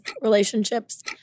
relationships